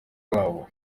wabo